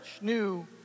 new